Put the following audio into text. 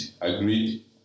Agreed